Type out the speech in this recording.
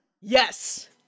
Yes